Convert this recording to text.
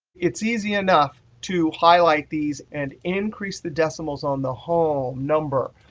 it's easy enough to highlight these and increase the decimals on the whole number,